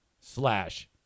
slash